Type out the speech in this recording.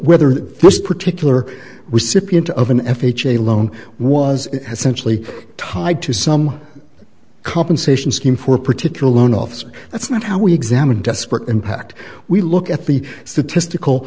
whether this particular recipient of an f h a loan was essentially tied to some compensation scheme for a particular loan officer that's not how we examine desperate impact we look at the statistical